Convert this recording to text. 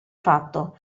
fatto